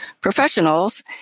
Professionals